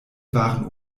waren